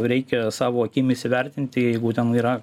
reikia savo akimis įvertinti jeigu ten yra